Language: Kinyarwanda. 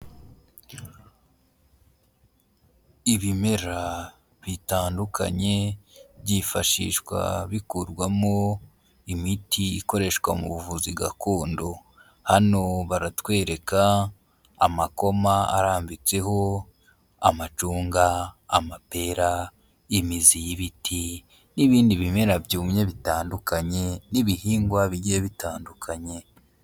Ibimera bitandukanye byifashishwa bikurwamo imiti ikoreshwa mu buvuzi gakondo. Hano baratwereka amakoma arambitseho amacunga, amapera, imizi y'ibiti n'ibindi bimera byumye bitandukanye, n'ibihingwa bigiye bitandukanye.